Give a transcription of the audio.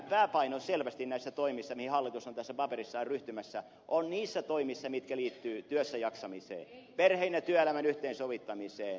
pääpaino selvästi näissä toimissa mihin hallitus on tässä paperissaan ryhtymässä on siinä mikä liittyy työssäjaksamiseen perheen ja työelämän yhteensovittamiseen